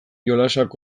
jolasak